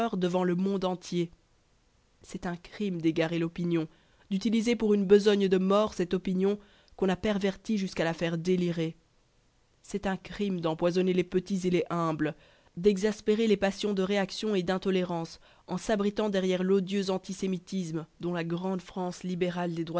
devant le monde entier c'est un crime d'égarer l'opinion d'utiliser pour une besogne de mort cette opinion qu'on a pervertie jusqu'à la faire délirer c'est un crime d'empoisonner les petits et les humbles d'exaspérer les passions de réaction et d'intolérance en s'abritant derrière l'odieux antisémitisme dont la grande france libérale